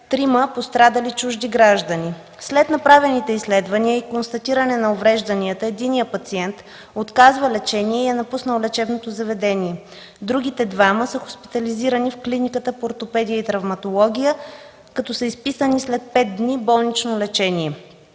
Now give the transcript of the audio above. трима пострадали чужди граждани. След направените изследвания и констатиране на уврежданията единият пациент отказва лечение и е напуснал лечебното заведение. Другите двама са хоспитализирани в Клиниката по ортопедия и травматология, като са изписани след пет дни болнично лечение.